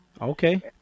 Okay